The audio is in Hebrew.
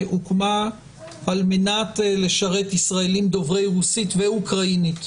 שהוקמה על מנת לשרת ישראלים דוברי רוסית ואוקראינית,